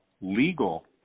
legal